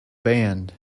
band